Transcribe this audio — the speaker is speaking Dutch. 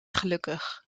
gelukkig